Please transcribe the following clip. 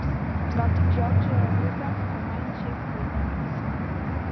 gal tik žiopčioja lūpom o man šiaip vaidenasi